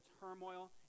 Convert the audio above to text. turmoil